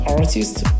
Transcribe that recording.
artists